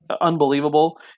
unbelievable